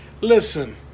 listen